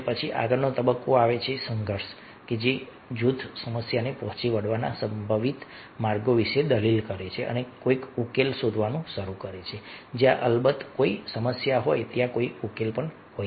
અને પછી આગળનો તબક્કો આવે છે જે સંઘર્ષ છે જૂથ સમસ્યાને પહોંચી વળવાના સંભવિત માર્ગો વિશે દલીલ કરે છે અને કોઈક ઉકેલ શોધવાનું શરૂ કરે છે જ્યાં અલબત્ત કોઈ સમસ્યા હોય ત્યાં કોઈ ઉકેલ હોઈ શકે